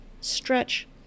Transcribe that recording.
Stretch